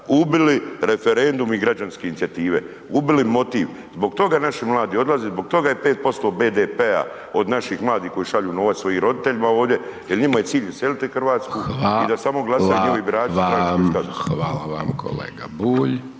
ubili referendum i građanske inicijative, ubili motiv. Zbog toga naši mladi odlaze, zbog toga je 5% BDP-a od naših mladih koji šalju novac svojim roditeljima ovdje jel njima je cilj iseliti Hrvatsku i da samo glasaju njihovi birači … /Govornici govore u